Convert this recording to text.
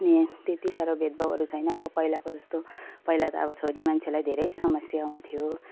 त्यति साह्रो भेदभावहरू छैन अब पहिलाको जस्तो पहिला त अब छोरी मान्छेलाई धेरै समस्या हुन्थ्यो